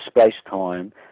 space-time